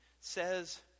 says